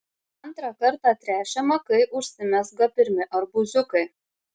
antrą kartą tręšiama kai užsimezga pirmi arbūziukai